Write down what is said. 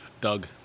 Doug